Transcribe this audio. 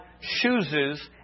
chooses